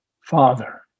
Father